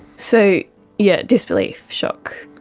so yes, disbelief, shock,